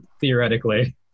theoretically